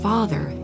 Father